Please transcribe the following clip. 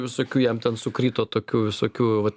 visokių jam ten sukrito tokių visokių va